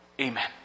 Amen